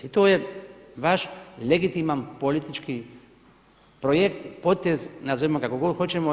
I to je vaš legitiman politički projekt, potez, nazovimo ga kako god hoćemo.